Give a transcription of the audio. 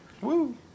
Woo